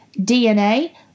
DNA